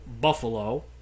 buffalo